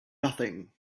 nothing